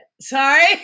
Sorry